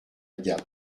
gap